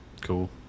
Cool